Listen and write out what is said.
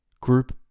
group